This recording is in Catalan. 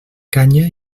canya